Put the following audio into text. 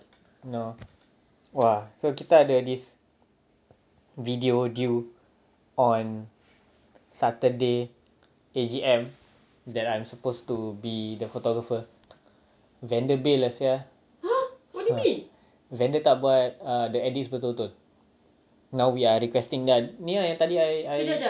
no !wah! so kita ada leh this video due on saturday eight P_M and I'm supposed to be the photographer vendor bail lah sia fuck vendor tak buat err the edits betul-betul now we are requesting that ni lah yang tadi I I